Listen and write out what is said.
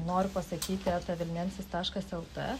noriu pasakyti eta vilnensis taškas lt